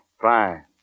Fine